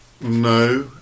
No